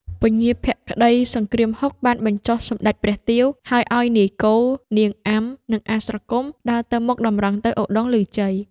ពញាភក្តីសង្គ្រាមហុក បានបញ្ចុះសម្តេចព្រះទាវ ហើយឲ្យនាយគោ នាងអាំ និងអាស្រគំ ដើរទៅមុខតម្រង់ទៅឧត្តុង្គឮជ័យ។